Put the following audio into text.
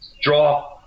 Draw